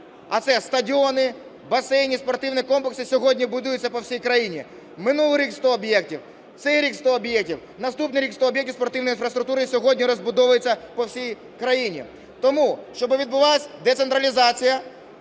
а це стадіони, басейни, спортивні комплекси сьогодні будуються по всій країні. Минулий рік – 100 об'єктів, цей рік – 100 об'єктів, наступний рік – 100 об'єктів спортивної інфраструктури сьогодні розбудовується по всій країні. Тому, щоб відбулась децентралізація,